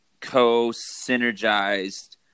co-synergized